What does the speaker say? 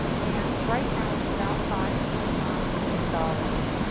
and right now it's about five point nine million dollars.